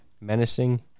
menacing